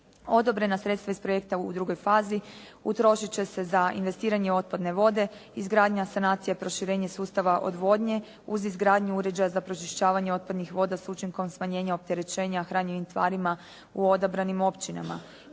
Odobrena sredstva iz projekta u drugoj fazi utrošiti će se za investiranje otpadne vode, izgradnja sanacija, proširenje sustava odvodnje uz izgradnju uređaja za pročišćavanje otpadnih voda s učinkom smanjenja opterećenja hranjivim tvarima u odabranim općinama.